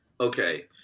okay